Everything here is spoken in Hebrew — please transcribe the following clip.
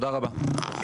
תודה רבה.